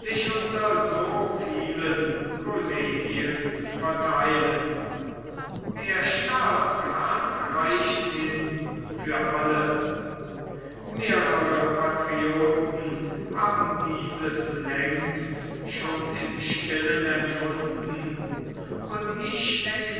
unter so viele collegien vertheilen der staatsrath reicht hin für alle mehrere patrioten haben dieses längst schon im stillen empfunden und ich